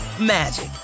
magic